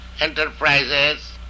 enterprises